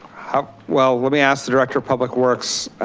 have well let me ask the director of public works.